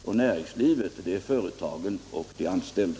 Och näringslivet — det är företagen och de anställda.